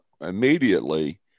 immediately